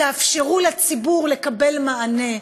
תאפשרו לציבור לקבל מענה,